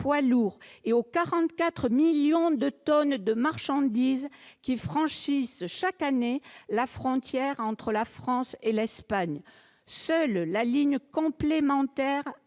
lourds et aux 44 millions de tonnes de marchandises qui franchissent chaque année la frontière entre la France et l'Espagne. Seule la ligne complémentaire